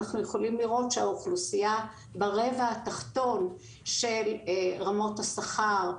אנחנו יכולים לראות שהאוכלוסייה ברבע התחתון של רמות השכר,